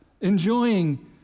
Enjoying